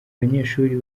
abanyeshuri